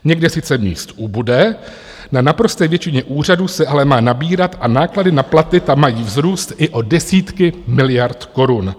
Někde sice míst ubude, na naprosté většině úřadů se ale má nabírat a náklady na platy tam mají vzrůst i o desítky miliard korun.